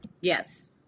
Yes